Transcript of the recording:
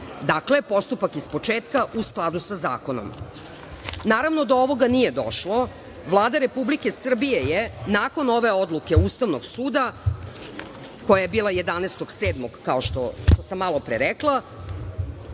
Dakle, postupak iz početka u skladu sa zakonom. Naravno, do ovoga nije došlo. Vlada Republike Srbije je nakon ove odluke Ustavnog suda koja je bila 11. jula, kao što sam malopre rekla,